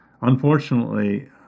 Unfortunately